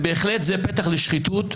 בהחלט, זה פתח לשחיתות.